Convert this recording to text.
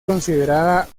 considerada